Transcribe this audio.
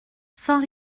sans